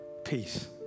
peace